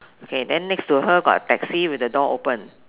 okay then next to her got a taxi with a door open